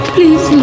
Please